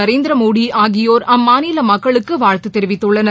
நரேந்திரமோடி ஆகியோர் அம்மாநில மக்களுக்கு வாழ்த்து தெரிவித்துள்ளனர்